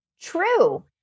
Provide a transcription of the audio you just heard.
True